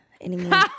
anymore